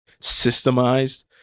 systemized